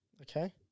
Okay